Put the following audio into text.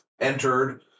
entered